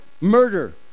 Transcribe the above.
murder